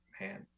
man